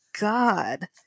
God